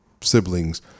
siblings